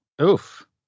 Oof